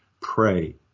Pray